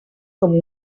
com